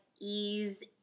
ease